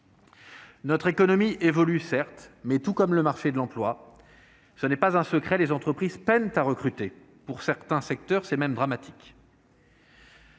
Notre économie évolue, certes, mais tout comme le marché de l'emploi. Ce n'est pas un secret : les entreprises peinent à recruter. Dans certains secteurs, c'est même dramatique.